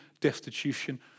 destitution